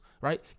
right